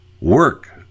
work